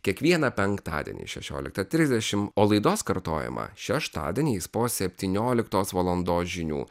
kiekvieną penktadienį šešioliktą trisdešimt o laidos kartojimą šeštadieniais po septynioliktos valandos žinių